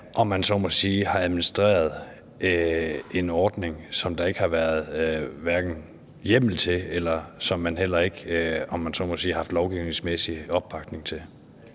om man så må sige, har administreret en ordning, som der ikke har været hjemmel til, og som der heller ikke, om man så må sige, har været lovgivningsmæssig opbakning til.